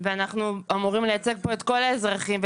ואנחנו אמורים לייצג כאן את כל האזרחים,